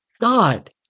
God